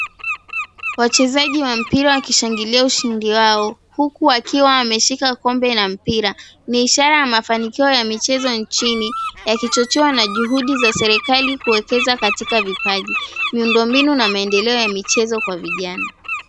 Wachezaji wa mpira wakishangilia ushindi wao huku wakiwa wameshika kombe na mpira, ni ishara ya mafanikio nchini yakichochewa na juhudi za serikali kuwekeza katika vipaji, miundo mbinu na michezo kwa vijana.